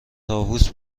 طاووس